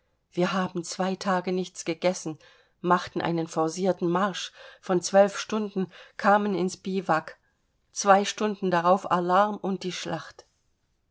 wir haben zwei tage nichts gegessen machten einen forcierten marsch von zwölf stunden kamen ins bivouak zwei stunden darauf alarm und die schlacht